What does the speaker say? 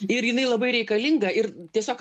ir jinai labai reikalinga ir tiesiog